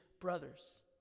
brothers